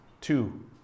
two